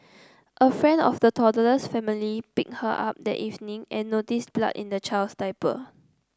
a friend of the toddler's family picked her up that evening and noticed blood in the child's diaper